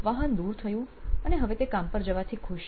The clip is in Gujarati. વાહન દૂર થયું અને હવે તે કામ પર જવાથી ખુશ છે